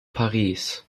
paris